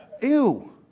Ew